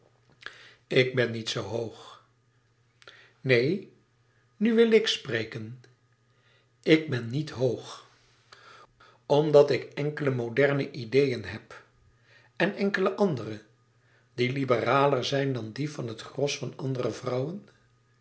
ik ben niet zoo hoog neen nu wil ik spreken ik ben niet hoog omdat ik enkele moderne ideëen heb en enkele andere die liberaler zijn dan die van het gros van andere vrouwen